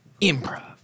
improv